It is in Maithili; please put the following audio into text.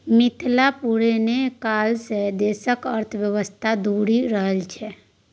मिथिला पुरने काल सँ देशक अर्थव्यवस्थाक धूरी रहल छै